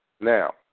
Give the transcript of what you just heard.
Now